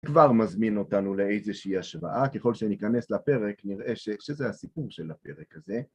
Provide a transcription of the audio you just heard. כבר מזמין אותנו לאיזושהי השוואה, ככל שניכנס לפרק נראה שזה הסיפור של הפרק הזה.